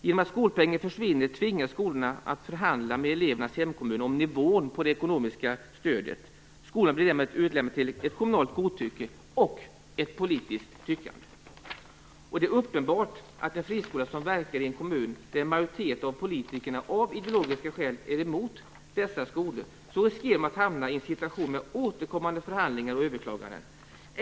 Genom att skolpengen försvinner tvingas skolorna förhandla med elevernas hemkommun om nivån på det ekonomiska stödet. Skolan blir därmed utlämnad till ett kommunalt godtycke och ett politiskt tyckande. Det är uppenbart att en friskola som verkar i en kommun där en majoritet av politikerna av ideologiska skäl är emot dessa skolor riskerar att hamna i en situation med återkommande förhandlingar och överklaganden.